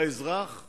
שהאזרח פוגש,